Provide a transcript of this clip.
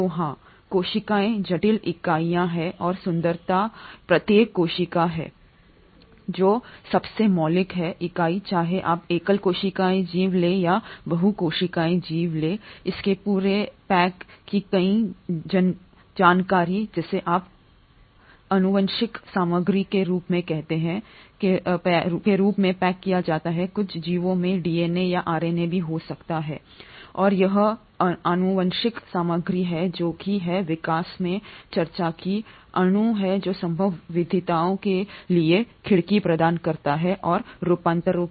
तो हां कोशिकाएं जटिल इकाइयां हैं और सुंदरता प्रत्येक कोशिका है जो सबसे मौलिक है इकाई चाहे आप एकल कोशिकीय जीव लें या बहुकोशिकीय जीव इसके पूरे हैं पैक की गई जानकारी जिसे आप आनुवंशिक सामग्री के रूप में कहते हैं के रूप में पैक किया जाता है कुछ जीवों में डीएनए यह आरएनए भी हो सकता है और यह यह आनुवंशिक सामग्री है जो कि है विकास में चर्चा की अणु है जो संभव विविधताओं के लिए खिड़की प्रदान करता है और रूपांतरों